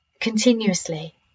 Continuously